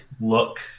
look